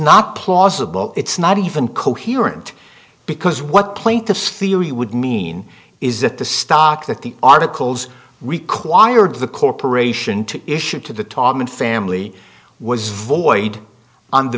not plausible it's not even coherent because what plaintiff theory would mean is that the stock that the articles required the corporation to issue to the top one family was void on the